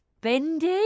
bendy